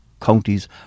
counties